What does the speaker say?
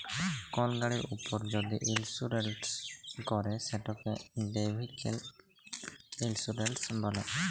call গাড়ির উপর যদি ইলসুরেলস ক্যরে সেটকে ভেহিক্যাল ইলসুরেলস ব্যলে